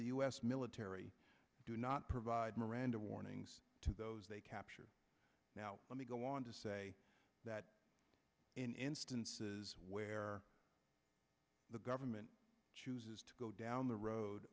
the u s military do not provide miranda warnings to those they capture now let me go on to say that in instances where the government chooses to go down the road